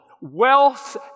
wealth